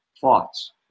thoughts